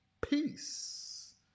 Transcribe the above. Peace